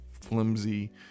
flimsy